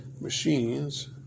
machines